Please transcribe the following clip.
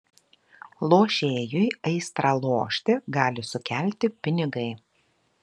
lošėjui aistrą lošti gali sukelti pinigai